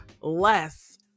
less